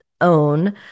own